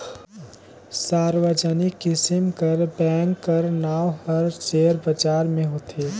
सार्वजनिक किसिम कर बेंक कर नांव हर सेयर बजार में होथे